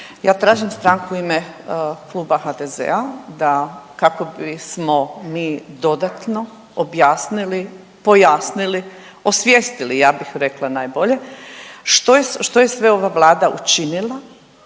Ja tražim stranku u ime Kluba HDZ-a da, kako bismo mi dodatno objasnili, pojasnili, osvijestili ja bih rekla najbolje što je, što je sve ova vlada učinila